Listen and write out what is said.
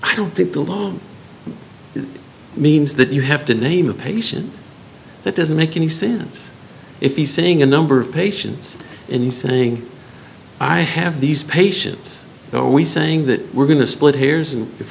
i don't think the law means that you have to name a patient that doesn't make any sense if he's saying a number of patients and saying i have these patients always saying that we're going to split hairs and if